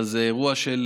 אבל זה אירוע של,